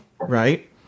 right